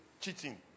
cheating